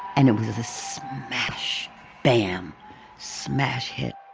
and it was a smash bam smash hit.